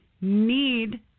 need